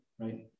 Right